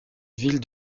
ville